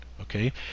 Okay